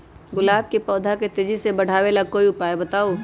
गुलाब के पौधा के तेजी से बढ़ावे ला कोई उपाये बताउ?